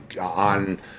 on